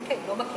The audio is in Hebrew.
כן, לא מכירה.